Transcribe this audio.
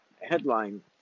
headline